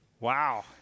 Wow